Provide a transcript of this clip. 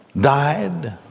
died